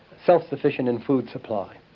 self-sufficient in food supply.